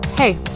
Hey